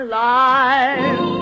life